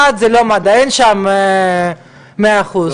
דת זה לא מדע, אין שם 100 אחוז.